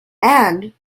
and